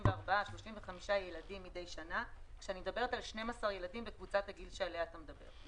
ל-35-34 ילדים כשאני מדברת על 12 ילדים בקבוצת הגיל עליה אתה מדבר.